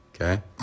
Okay